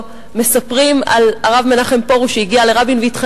מספרים על הרב מנחם פרוש שהגיע לרבין בזמן